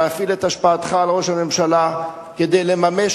להפעיל את השפעתך על ראש הממשלה כדי לממש